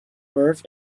birth